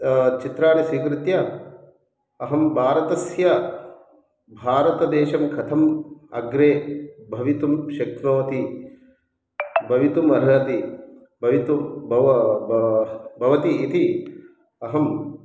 चित्राणि स्वीकृत्य अहं भारतस्य भारदेशं कथम् अग्रे भवितुं शक्नोति भवितुमर्हति भवितुं भव ब भवति इति अहं